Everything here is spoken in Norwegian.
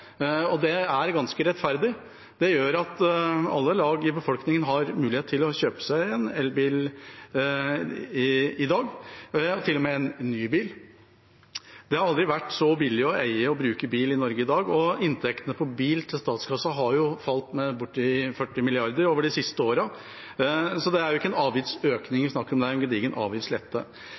og det er ganske rettferdig. Det gjør at alle lag av befolkningen har mulighet til å kjøpe seg en elbil i dag, til og med en ny bil. Det har aldri vært så billig å eie og bruke bil i Norge som i dag, og inntektene på bil til statskassa har falt med bortimot 40 mrd. kr de siste årene. Så det er ikke en avgiftsøkning vi snakker om. Det er en gedigen avgiftslette.